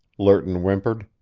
lerton whimpered.